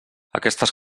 aquestes